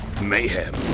mayhem